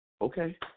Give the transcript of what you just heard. okay